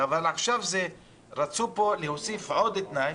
אבל עכשיו רצו להוסיף עוד תנאי,